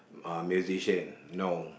musician no